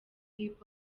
hip